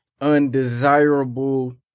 undesirable